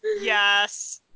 Yes